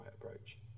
approach